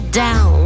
down